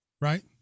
Right